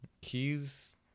Key's